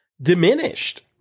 diminished